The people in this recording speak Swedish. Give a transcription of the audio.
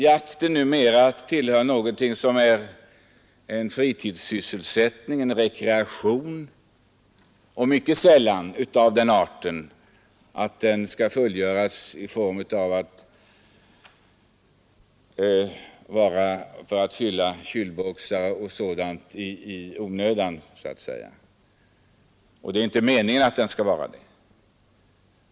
Jakten är numera en fritidssysselsättning, en rekreation; den bedrivs sällan av människan för att överleva.